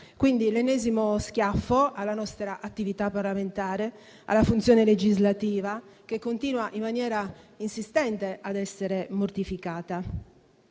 quindi, l'ennesimo schiaffo alla nostra attività parlamentare, alla funzione legislativa che continua, in maniera insistente, ad essere mortificata.